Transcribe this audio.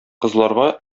кызларга